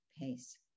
pace